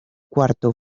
cuarto